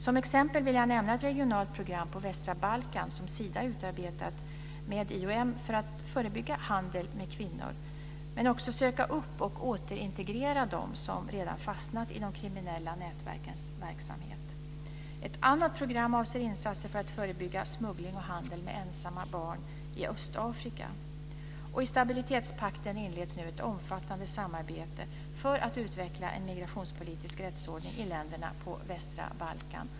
Som exempel vill jag nämna ett regionalt program på västra Balkan som Sida utarbetat med IOM för att förebygga handel med kvinnor samt söka upp och återintegrera de som redan har fastnat i de kriminella nätverkens verksamhet. Ett annat program avser insatser för att förebygga smuggling och handel med ensamma barn i Östafrika. I stabilitetspakten inleds nu ett omfattande samarbete för att utveckla en migrationspolitisk rättsordning i länderna på västra Balkan.